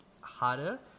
Harder